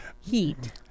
heat